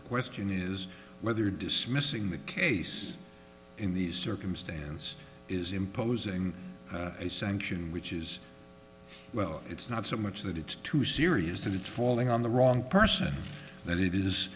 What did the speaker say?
the question is whether dismissing the case in these circumstances is imposing a sanction which is well it's not so much that it's too serious that it's falling on the wrong person that it is